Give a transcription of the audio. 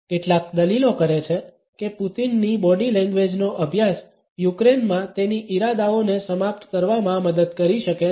કેટલાક દલીલો કરે છે કે પુતિનની બોડી લેંગ્વેજનો અભ્યાસ યુક્રેનમાં તેની ઇરાદાઓને સમાપ્ત કરવામાં મદદ કરી શકે છે